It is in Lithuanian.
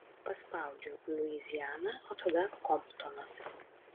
paspaudžiau luiziana o tada komptonas